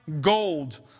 gold